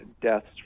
deaths